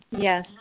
Yes